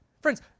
Friends